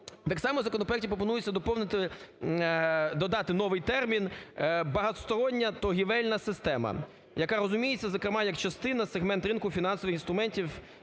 Так само у законопроекті пропонується доповнити, додати новий термін "багатостороння торгівельна система", яка розуміється, зокрема, як частина, сегмент ринку фінансових інструментів,